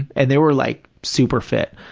and and they were like super fit,